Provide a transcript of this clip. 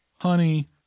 honey